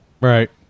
Right